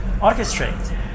orchestrate